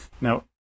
Now